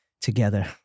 Together